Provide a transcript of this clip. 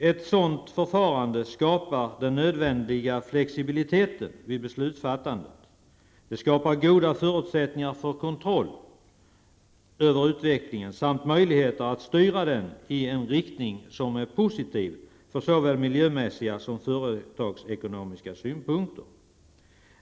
Ett sådant förfarande skapar den nödvändiga flexibiliteten vid beslutsfattandet. Det skapar goda förutsättningar för kontroll över utvecklingen samt möjligheter att styra den i en riktning som är positiv från såväl miljömässiga som företagsekonomiska synpunkter.